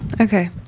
Okay